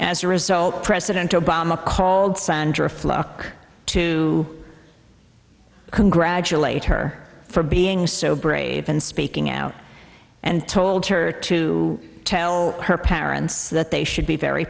as a result president obama called sandra fluck to congratulate her for being so brave and speaking out and told her to tell her parents that they should be very